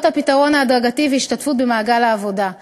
הפתרון ההדרגתי והשתתפות במעגל העבודה.